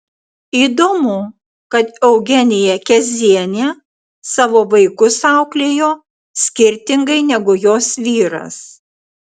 įdomu kad eugenija kezienė savo vaikus auklėjo skirtingai negu jos vyras